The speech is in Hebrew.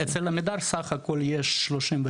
אצל עמידר סך הכול יש 35,